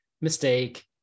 mistake